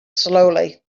slowly